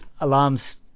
alarms